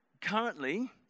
currently